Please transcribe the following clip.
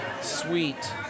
sweet